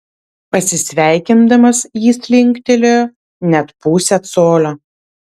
pasisveikindamas jis linktelėjo net pusę colio